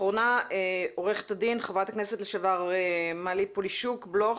אחרונה עו"ד ח"כ לשעבר מלי פולישוק-בלוך,